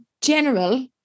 general